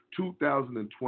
2020